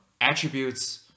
attributes